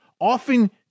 often